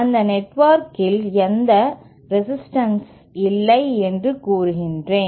அந்த நெட்வொர்க்கில் எந்த ரெசிஸ்டான்ஸ் இல்லை என்று கூறுகின்றன